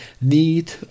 need